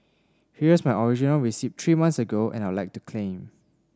here's my original receipt three months ago and I'd like to claim